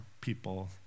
people